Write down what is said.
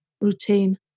routine